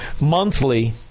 monthly